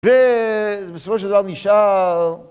ו... בסופו של דבר נשאר...